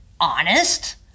honest